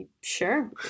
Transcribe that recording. Sure